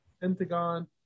Pentagon